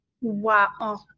Wow